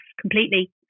completely